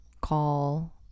call